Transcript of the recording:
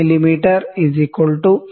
me 0